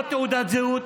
לא תעודת זהות.